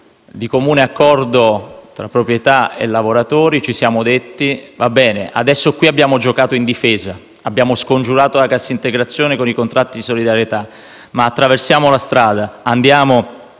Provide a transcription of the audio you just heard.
di comune accordo tra proprietà e lavoratori, ci siamo detti: va bene, qui abbiamo giocato in difesa e abbiamo scongiurato la cassa integrazione, con i contratti di solidarietà, ma ora attraversiamo la strada, andiamo